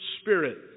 Spirit